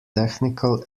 technical